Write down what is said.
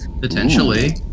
Potentially